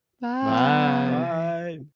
bye